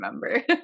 remember